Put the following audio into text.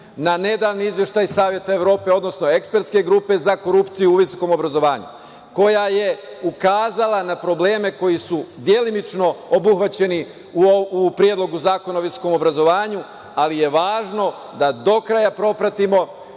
na nedavni izveštaj Saveta Evrope, odnosno Ekspertske grupe za korupciju u visokom obrazovanju, koja je ukazala na probleme koji su delimično obuhvaćeni u Predlogu zakona o visokom obrazovanju, ali je važno da do kraja propratimo